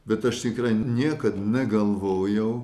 bet aš tikrai niekad negalvojau